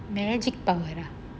magic power ah